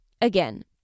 again